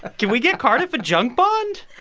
can we get cardiff a junk bond?